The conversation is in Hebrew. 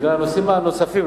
זה בגלל הנושאים הנוספים,